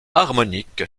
harmonique